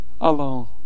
alone